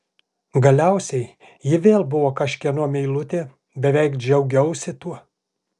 galiausiai ji vėl buvo kažkieno meilutė beveik džiaugiausi tuo